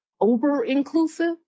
over-inclusive